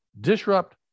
Disrupt